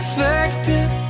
Effective